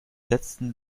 letzten